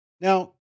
Now